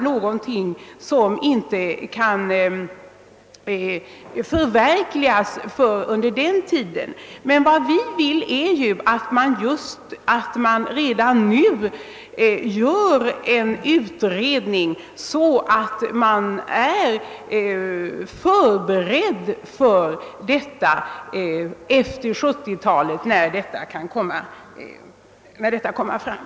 Reformen kan inte förverkligas tidigare, men vi vill att en utredning görs redan nu, så att allting är förberett den dag då förslaget kan omsättas i praktiken.